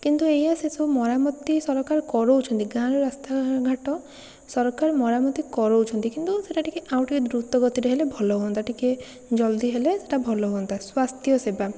କିନ୍ତୁ ଏଇଆ ସେସବୁ ମରାମତି ସରକାର କରାଉଛନ୍ତି ଗାଁର ରାସ୍ତାଘାଟ ସରକାର ମରାମତି କରାଉଛନ୍ତି କିନ୍ତୁ ସେଇଟା ଟିକିଏ ଆଉ ଟିକିଏ ଦ୍ରୁତଗତିରେ ହେଲେ ଭଲ ହୁଆନ୍ତା ଟିକିଏ ଜଲ୍ଦି ହେଲେ ସେଇଟା ଭଲ ହୁଅନ୍ତା ସ୍ୱାସ୍ଥ୍ୟ ସେବା